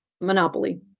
Monopoly